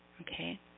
Okay